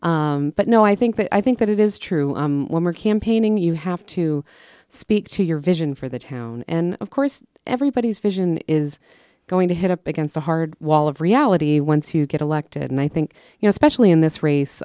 but but no i think that i think that it is true when we're campaigning you have to speak to your vision for the town and of course everybody's vision is going to head up against a hard wall of reality once you get elected and i think you know especially in this race